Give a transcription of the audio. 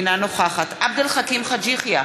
אינה נוכחת עבד אל חכים חאג' יחיא,